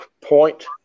point